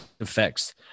effects